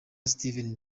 steve